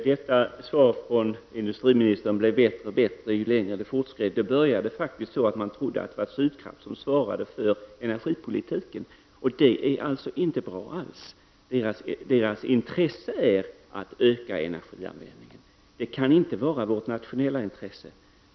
Herr talman! Svaret från industriministern blir bättre och bättre ju längre debatten fortskrider. Den började faktiskt på ett sådant sätt att man trodde att det var Sydkraft som svarade för energipolitiken, och det är inte bra alls; Sydkrafts intresse är att öka energianvändningen. Det kan inte vara vårt nationella intresse.